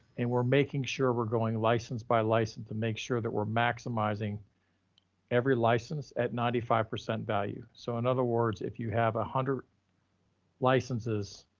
and we're making sure we're going licensed by licensed to make sure that we're maximizing every license at ninety five percent value. so in other words, if you have a hundred licenses